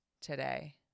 today